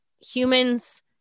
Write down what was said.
humans